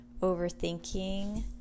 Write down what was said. overthinking